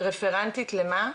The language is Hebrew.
רפרנטית למה?